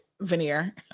Veneer